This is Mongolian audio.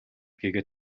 гэгээ